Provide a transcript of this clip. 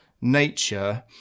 nature